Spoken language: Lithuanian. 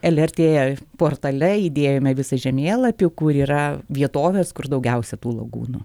lrt portale įdėjome visą žemėlapį kur yra vietovės kur daugiausia tų lagūnų